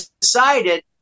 decided